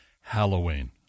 Halloween